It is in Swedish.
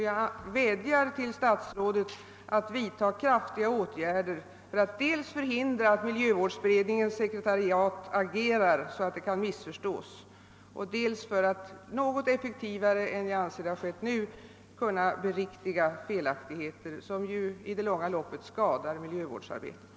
Jag vädjar till statsrådet att vidta kraftiga åtgärder dels för att förhindra att miljövårdsberedningens sekretariat agerar så att det kan missförstås, dels för att något effektivare än vad jag nu anser vara fallet kunna beriktiga felaktigheter, som ju i det långa loppet skadar miljövårdsarbetet.